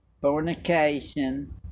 fornication